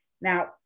Now